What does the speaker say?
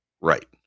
Right